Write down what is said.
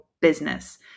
business